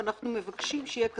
אנחנו מבקשים שיהיה כתוב,